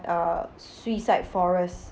uh suicide forest